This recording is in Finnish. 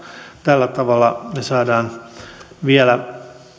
tällä tavalla me saamme